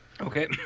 Okay